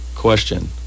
question